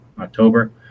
October